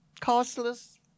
costless